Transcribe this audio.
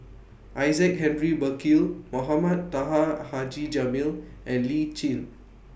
Isaac Henry Burkill Mohamed Taha Haji Jamil and Lee Tjin